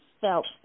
felt